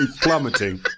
plummeting